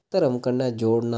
धर्म कन्नै जोड़ना